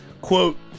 Quote